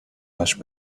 much